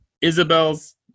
Isabel's